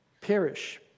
perish